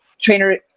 trainer